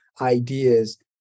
ideas